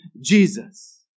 Jesus